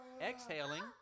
exhaling